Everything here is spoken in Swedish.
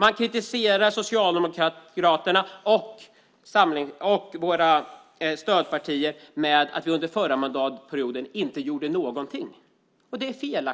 Man kritiserar Socialdemokraterna och våra stödpartier för att vi inte gjorde någonting under den förra mandatperioden. Det är fel.